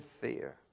fear